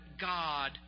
God